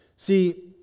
See